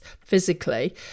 physically